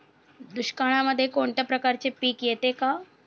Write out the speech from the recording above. दुष्काळामध्ये कोणत्या प्रकारचे पीक येते का?